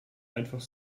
einfach